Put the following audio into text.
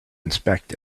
inspect